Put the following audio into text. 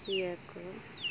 ᱤᱭᱟᱹ ᱠᱚ